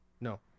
No